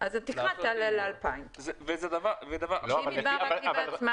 אז התקרה תעלה ל 2,000. אם היא באה רק היא בעצמה,